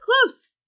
close